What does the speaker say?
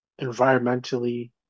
environmentally